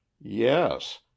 yes